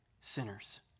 sinners